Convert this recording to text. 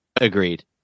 Agreed